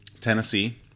Tennessee